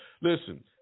listen